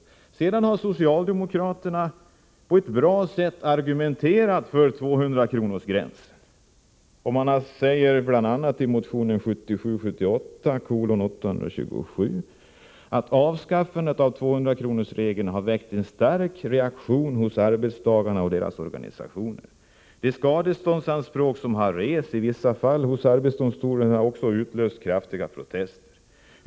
Därefter har socialdemokraterna Medbestämmandepå ett bra sätt argumenterat för en övre skadeståndsgräns på 200 kr. I motion frågorm.m. 1977/78:827 säger man b. a.: ”Avskaffandet av 200-kronorsregeln har väckt en stark reaktion hos arbetstagarna och deras organisationer. De skadeståndsanspråk som har rests i vissa fall hos arbetsdomstolen har också utlöst kraftiga protester.